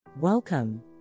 Welcome